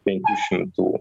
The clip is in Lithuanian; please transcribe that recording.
penkių šimtų